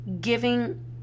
giving